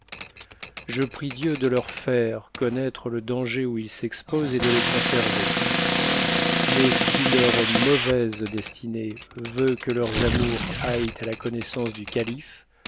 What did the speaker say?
je prie dieu de leur faire connaître le danger où ils s'exposent et de les conserver mais si leur mauvaise destinée veut que leurs amours aillent à la connaissance du calife